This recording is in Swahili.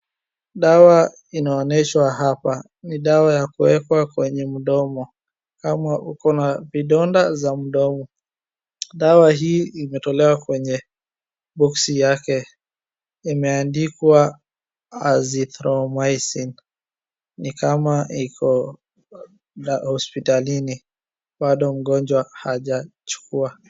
Dawa inaonyeshwa hapa ni dawa ya kuwekwa kwenye mdomo, kama uko na vidonda za mdomo. Dawa hii imetolewa kwenye boxi yake, imeandikwa azithromycin ni kama iko hospitalini, bado mgonjwa hajachukua.